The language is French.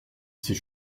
ses